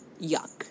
yuck